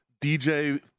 DJ